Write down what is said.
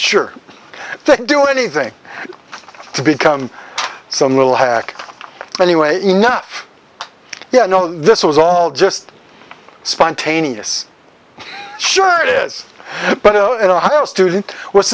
can do anything to become some little hack anyway enough yeah i know this was all just spontaneous sure it is but in ohio student w